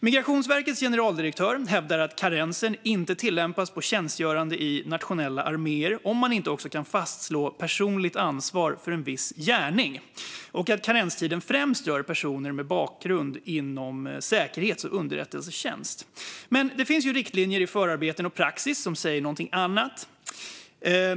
Migrationsverkets generaldirektör hävdar att karensen inte tillämpas på tjänstgörande i nationella arméer, om man inte kan fastslå personligt ansvar för en viss gärning, och att karenstiden främst rör personer med bakgrund inom säkerhets eller underrättelsetjänst. Men, det finns riktlinjer i förarbeten och praxis som säger något annat.